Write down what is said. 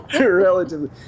relatively